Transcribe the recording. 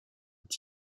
est